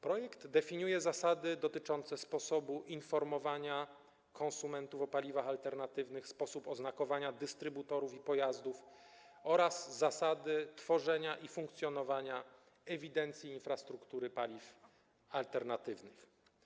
Projekt definiuje zasady dotyczące sposobu informowania konsumentów o paliwach alternatywnych, sposób oznakowania dystrybutorów i pojazdów oraz zasady tworzenia i funkcjonowania Ewidencji Infrastruktury Paliw Alternatywnych.